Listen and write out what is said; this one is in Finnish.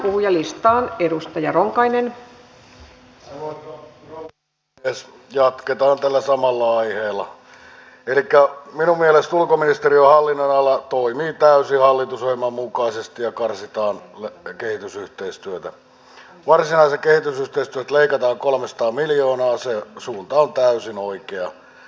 tämän lisäksi olisi mielestäni syytä tehdä selväksi että niin työttömän suomalaisen kuin työttömän maahanmuuttajan sosiaaliturva jo tällä hetkellä on vastikkeellista siinä mielessä että sen saaminen edellyttää osallistumista te toimiston määräämiin toimenpiteisiin ja koulutuksiin